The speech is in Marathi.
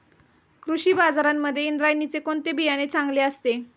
कृषी बाजारांमध्ये इंद्रायणीचे कोणते बियाणे चांगले असते?